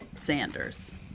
sanders